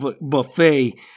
buffet